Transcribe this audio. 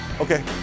okay